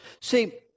see